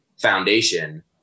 foundation